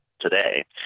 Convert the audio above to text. today